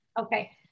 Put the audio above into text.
Okay